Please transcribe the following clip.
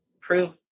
prove